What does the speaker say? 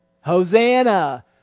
Hosanna